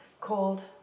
called